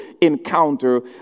encounter